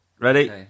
Ready